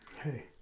hey